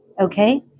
okay